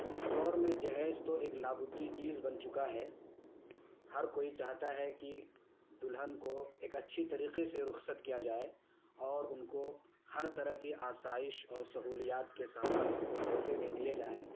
اس دور میں جہیز تو ایک لا بدی چیز بن چکا ہے ہر کوئی چاہتا ہے کہ دلہن کو ایک اچّھی طریقے سے رخصت کیا جائے اور ان کو ہر طرح کی آشائش اور سہولیات کے سامان ان کو تحفے میں دیے جائیں